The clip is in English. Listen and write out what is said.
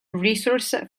resource